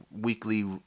weekly